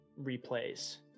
replays